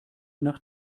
nach